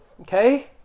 Okay